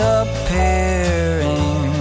appearing